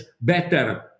better